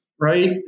right